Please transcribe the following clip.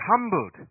humbled